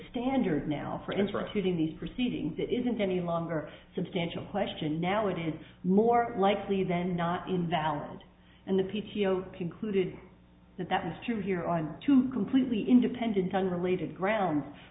standard now for interested in these proceedings it isn't any longer substantial question now it is more likely than not invalid and the p t o concluded that that was true here on two completely independent unrelated grounds